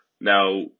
Now